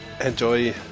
Enjoy